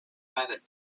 private